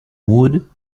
wood